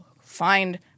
find